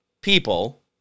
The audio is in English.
people